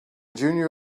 junior